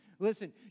Listen